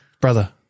brother